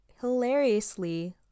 hilariously